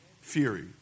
fury